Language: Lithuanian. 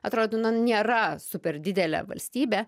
atrodo na nėra super didelė valstybė